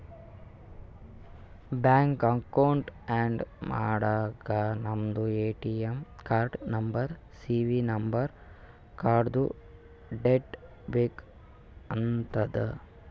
bank account add ಮಾಡಾಗ ನಮ್ದು ATM ಕಾರ್ಡ್ದು ನಂಬರ್ ಸಿ.ವಿ ನಂಬರ್ ಕಾರ್ಡ್ದು ಡೇಟ್ ಬೇಕ್ ಆತದ್